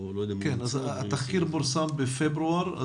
התחקיר פורסם בפברואר.